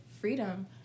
freedom